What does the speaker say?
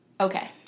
Okay